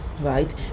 right